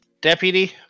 Deputy